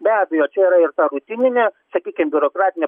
be abejo čia yra ir ta rutininė sakykim biurokratinė